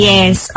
Yes